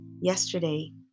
yesterday